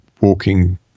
walking